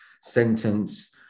sentence